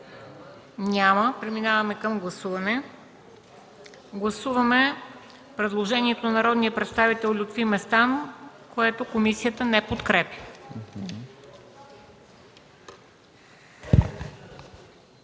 Няма. Преминаваме към гласуване. Гласуваме предложението на народния представител Лютви Местан, което комисията не подкрепя.